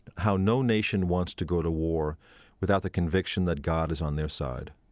how no nation wants to go to war without the conviction that god is on their side.